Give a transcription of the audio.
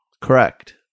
Correct